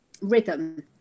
rhythm